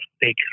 big